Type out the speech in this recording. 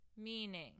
Meaning